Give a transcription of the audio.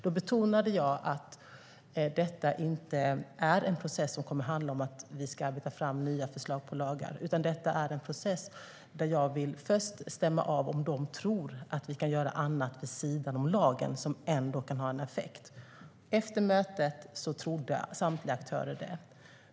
Då betonade jag att detta inte är en process som kommer att handla om att vi ska arbeta fram nya förslag på lagar, utan detta är en process där jag först vill stämma av om de tror att vi kan göra annat vid sidan om lagen som ändå kan ha effekt. Efter mötet trodde samtliga aktörer det.